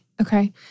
Okay